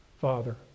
Father